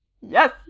Yes